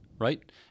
right